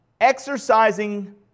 Exercising